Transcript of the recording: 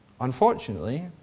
unfortunately